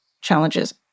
challenges